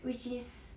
which is